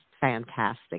fantastic